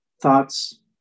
thoughts